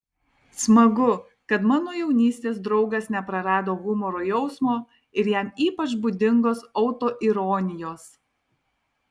smagu kad mano jaunystės draugas neprarado humoro jausmo ir jam ypač būdingos autoironijos